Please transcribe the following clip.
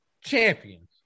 champions